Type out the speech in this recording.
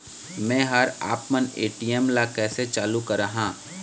मैं हर आपमन ए.टी.एम ला कैसे चालू कराहां?